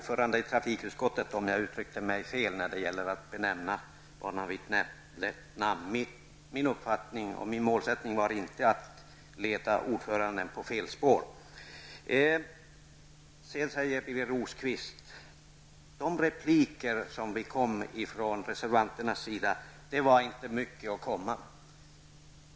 Fru talman! Birger Rosqvist sade att innehållet i replikerna från reservanternas sida inte var mycket att komma med.